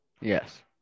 Yes